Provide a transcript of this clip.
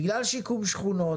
בגלל שיקום שכונות.